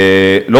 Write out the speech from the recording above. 21. נכון מאוד.